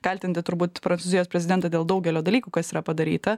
kaltinti turbūt prancūzijos prezidentą dėl daugelio dalykų kas yra padaryta